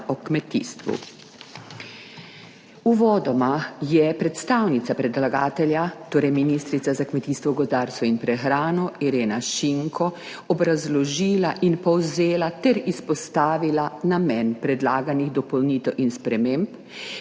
o kmetijstvu. Uvodoma je predstavnica predlagatelja, torej ministrica za kmetijstvo, gozdarstvo in prehrano, Irena Šinko, obrazložila in povzela ter izpostavila namen predlaganih dopolnitev in sprememb,